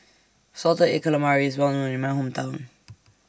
Salted Egg Calamari IS Well known in My Hometown